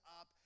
up